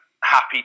happy